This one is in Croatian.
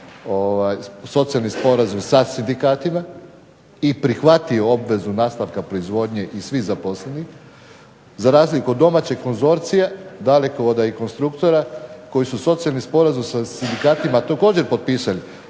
socijalni sporazum sa sindikatima i prihvatio obvezu nastavka proizvodnje i svih zaposlenih za razliku od domaćeg konzorcija Dalekovoda i Konstruktora koji su socijalni sporazum sa sindikatima također potpisali,